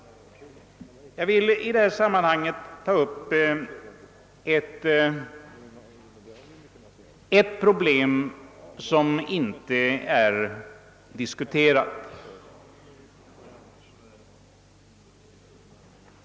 I detta sammanhang vill jag ta upp ett problem som inte är diskuterat.